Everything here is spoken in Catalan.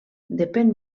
depèn